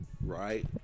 Right